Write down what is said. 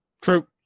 True